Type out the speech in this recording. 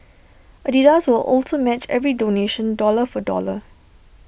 Adidas will also match every donation dollar for dollar